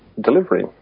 delivery